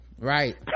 right